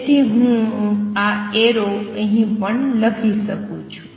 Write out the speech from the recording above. તેથી હું આ એરો અહીં પણ લખી શકું છું